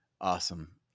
Awesome